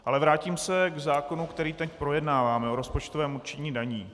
Ale vrátím se k zákonu, který teď projednáváme, o rozpočtovém určení daní.